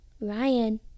ryan